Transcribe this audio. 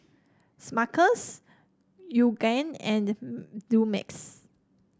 Smuckers Yoogane and the Dumex